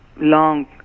long